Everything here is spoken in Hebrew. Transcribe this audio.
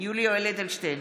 יולי יואל אדלשטיין,